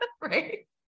Right